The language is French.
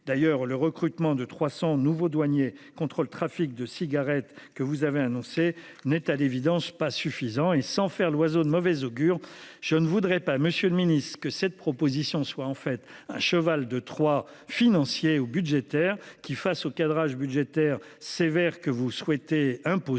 d'ailleurs le recrutement de 300 nouveaux douaniers contre le trafic de cigarettes que vous avez annoncé n'est à l'évidence pas suffisant et sans faire l'oiseau de mauvaise augure. Je ne voudrais pas Monsieur le Ministre, que cette proposition soit en fait un cheval de Troie financier ou budgétaire qui face au cadrage budgétaire sévère que vous souhaitez imposer,